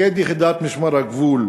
מפקד יחידת משמר הגבול